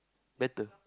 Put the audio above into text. better